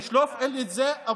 בשלוף אין לי את זה.